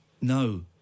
No